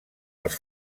els